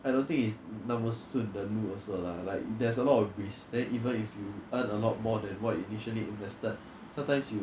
I don't think is 那么顺的路 also lah like there's a lot of risks then even if you earn a lot more than what you initially invested sometimes you